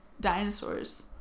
dinosaurs